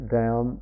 down